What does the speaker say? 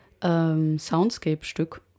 Soundscape-Stück